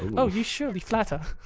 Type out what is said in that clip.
oh, you surely flatter.